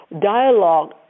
dialogue